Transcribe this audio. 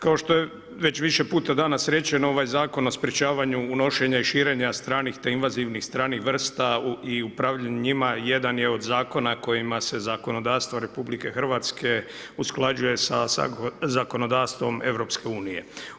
Kao što je već više puta danas rečeno, ovaj Zakon o sprečavanju unošenja i širenja stranih te invazivnih stranih vrsta i upravljanje njima jedan je od zakona kojima se zakonodavstvo RH usklađuje sa zakonodavstvom EU-a.